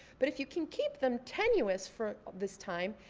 but if you can keep them tenuous for this time,